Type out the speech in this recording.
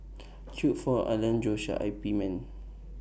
Choe Fook Alan Joshua I P men